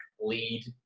lead